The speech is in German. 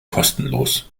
kostenlos